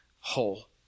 whole